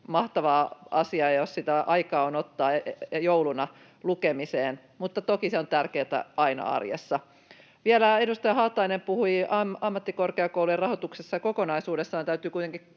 mahtava asia, jos sitä aikaa on ottaa jouluna lukemiseen, mutta toki se on tärkeätä aina arjessa. Vielä edustaja Haatainen puhui ammattikorkeakoulujen rahoituksesta kokonaisuudessaan.